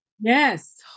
Yes